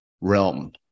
realm